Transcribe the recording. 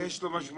יש לו משמעות.